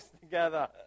together